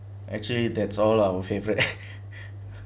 actually that's all our favourite